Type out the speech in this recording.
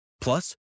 Plus